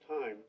time